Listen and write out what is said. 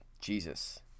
Jesus